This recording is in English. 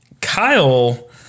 Kyle